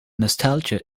nostalgia